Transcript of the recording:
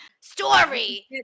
Story